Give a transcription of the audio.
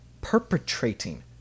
perpetrating